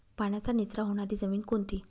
पाण्याचा निचरा होणारी जमीन कोणती?